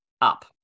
up